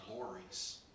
glories